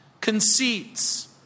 conceits